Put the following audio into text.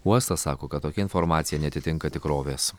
uostas sako kad tokia informacija neatitinka tikrovės